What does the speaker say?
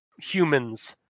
humans